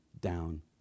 down